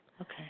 Okay